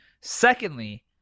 Secondly